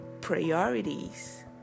priorities